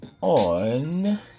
on